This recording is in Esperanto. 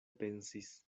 pensis